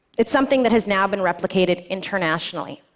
it's something that has now been replicated internationally,